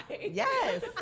Yes